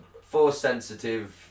Force-sensitive